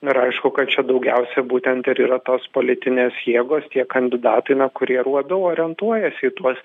ir aišku kad čia daugiausia būtent ir yra tos politinės jėgos tie kandidatai na kurie ir labiau orientuojasi į tuos